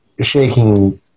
shaking